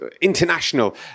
international